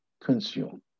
consume